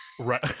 Right